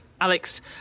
Alex